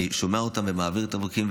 אני שומע אותם ומעביר את הפניות,